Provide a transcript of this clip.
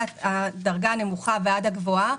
מהדרגה הנמוכה ועד הגבוהה,